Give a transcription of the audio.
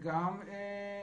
כמו כן,